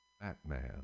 Batman